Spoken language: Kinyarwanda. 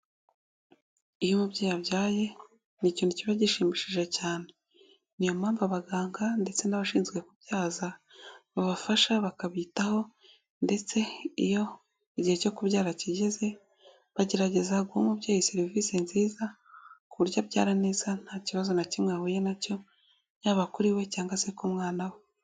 Iyo umubyeyi abyaye ni ikintu kiba gishimishije cyane, ni iyo mpamvu abaganga ndetse n'abashinzwe kubyaza babafasha bakabitaho ndetse iyo igihe cyo kubyara kigeze bagerageza guha umubyeyi serivisi nziza, ku buryo abyara neza nta kibazo na kimwe ahuye nacyo yaba kuri we cyangwa se ku mwana we.